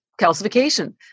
calcification